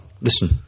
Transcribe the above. listen